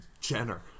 Jenner